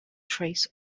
trace